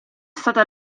stata